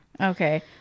okay